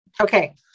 Okay